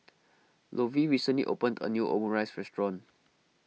Lovie recently opened a new Omurice restaurant